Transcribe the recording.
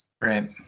Right